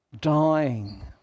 dying